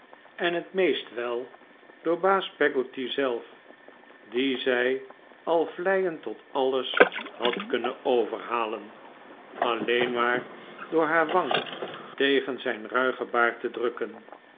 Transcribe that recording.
en het meest wel door baas peggotty zelf dien zij al vleiend tot alles had kunnen overhalen alleen maar door haar wang tegen zijn ruigen baard te drukken